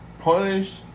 punish